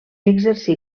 exercí